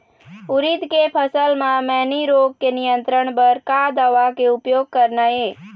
उरीद के फसल म मैनी रोग के नियंत्रण बर का दवा के उपयोग करना ये?